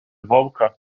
вовка